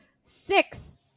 six